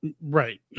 Right